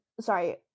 Sorry